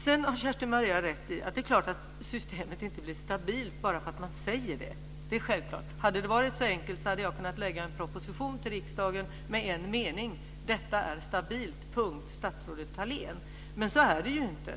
Kerstin-Maria Stalin har rätt i att systemet inte blir stabilt bara för att man säger det. Det är självklart. Hade det varit så enkelt hade jag kunnat lägga fram en proposition till riksdagen med en mening: "Detta är stabilt. Statsrådet Thalén". Så är det inte.